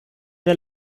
der